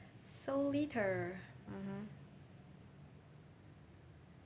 so later mmhmm